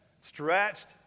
stretched